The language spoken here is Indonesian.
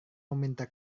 meminta